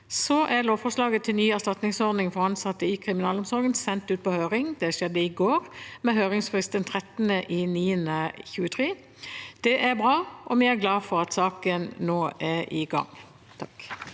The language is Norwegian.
går, er lovforslaget om ny erstatningsordning for ansatte i kriminalomsorgen sendt ut på høring. Det skjedde i går, med høringsfrist den 13. september 2023. Det er bra, og vi er glade for at saken nå er i gang. Tor